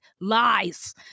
Lies